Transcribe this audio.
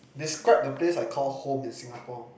describe the place I call home in Singapore